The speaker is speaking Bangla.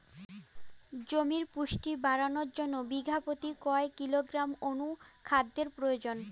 জমির পুষ্টি বাড়ানোর জন্য বিঘা প্রতি কয় কিলোগ্রাম অণু খাদ্যের প্রয়োজন?